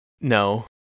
no